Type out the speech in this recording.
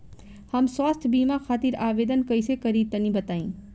हम स्वास्थ्य बीमा खातिर आवेदन कइसे करि तनि बताई?